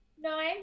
No